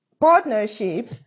partnership